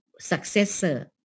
successor